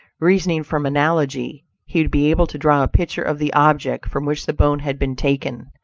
reasoning from analogy, he would be able to draw a picture of the object from which the bone had been taken.